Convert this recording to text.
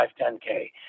510K